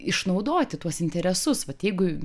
išnaudoti tuos interesus vat jeigu